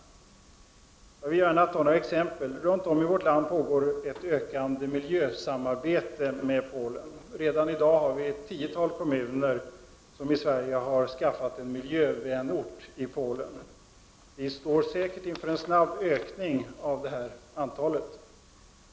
Jag skall ge några exempel. Runt om i vårt land pågår ett ökande miljösamarbete med Polen. Redan i dag har ett tiotal kommuner i Sverige skaffat en miljövänort i Polen. Vi står säkert inför en snabb ökning av antalet.